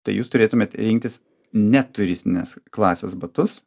tai jūs turėtumėt rinktis ne turistinės klasės batus